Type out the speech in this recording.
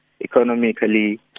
economically